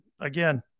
again